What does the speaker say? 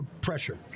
pressure